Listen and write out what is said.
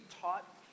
taught